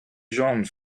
jambes